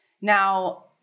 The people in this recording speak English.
Now